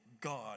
God